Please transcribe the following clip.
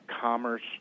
commerce